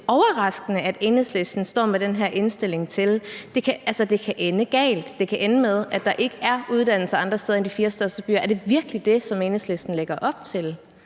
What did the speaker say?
det er overraskende, at Enhedslisten står med den her indstilling til det. Altså, det kan ende galt. Det kan ende med, at der ikke er uddannelser andre steder end i de fire største byer. Er det virkelig det, Enhedslisten lægger op til?